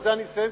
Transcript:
ובזה אני אסיים,